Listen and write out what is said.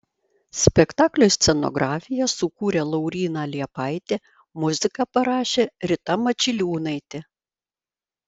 spektakliui scenografiją sukūrė lauryna liepaitė muziką parašė rita mačiliūnaitė